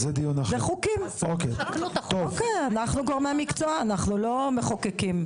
אנחנו גורמי מקצוע אנחנו לא מחוקקים.